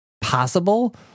possible